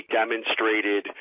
demonstrated